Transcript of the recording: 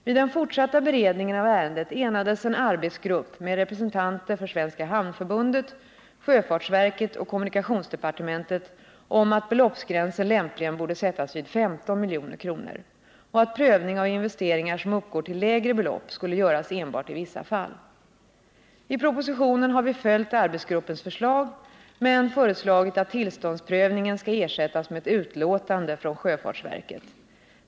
Vid den fortsatta beredningen av ärendet enades en arbetsgrupp med representanter för Svenska hamnförbundet, sjöfartsverket och kommunikationsdepartementet om att beloppsgränsen lämpligen borde sättas vid 15 milj.kr. och att prövning av investeringar som uppgår till lägre belopp skulle göras enbart i vissa fall. I propositionen har vi följt arbetsgruppens förslag men föreslagit att tillståndsprövningen skall ersättas med ett utlåtande från sjöfartsverket.